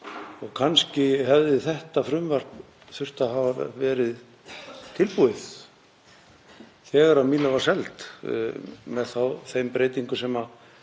Kannski hefði þetta frumvarp þurft að hafa verið tilbúið þegar Míla var seld með þeim breytingum sem við